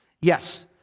Yes